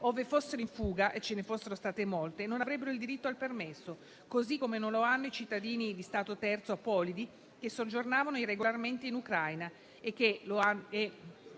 ove fossero state in fuga e ce ne fossero state molte, non avrebbero il diritto al permesso; così come non lo hanno i cittadini di Stati terzo apolidi che soggiornavano irregolarmente in Ucraina